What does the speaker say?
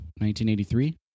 1983